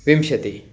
विंशतिः